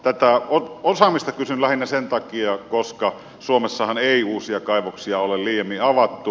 tätä osaamista kysyn lähinnä sen takia koska suomessahan ei uusia kaivoksia ole liiemmin avattu